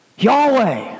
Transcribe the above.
Yahweh